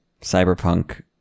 Cyberpunk